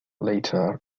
later